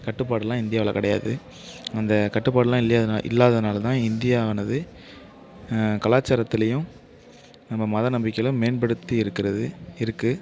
கட்டுப்பாடுலாம் இந்தியாவில் கிடையாது அந்த கட்டுப்பாடு எல்லாம் இல்லை இல்லாததினால தான் இந்தியாவானது கலாச்சாரத்துலேயும் நம்ம மத நம்பிக்கையில் மேம்படுத்தி இருக்கிறது இருக்குது